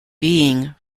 being